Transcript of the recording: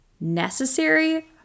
necessary